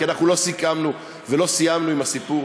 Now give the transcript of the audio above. כי אנחנו לא סיכמנו ולא סיימנו עם הסיפור